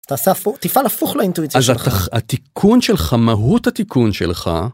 תעשה הפוך תפעל הפוך לאינטואיציה שלך התיקון שלך מהות התיקון שלך.